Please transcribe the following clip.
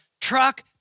Truck